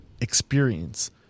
experience